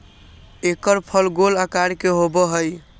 एकर फल गोल आकार के होबा हई